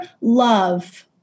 love